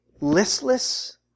listless